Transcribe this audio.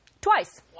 Twice